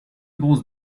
grosse